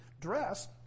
dress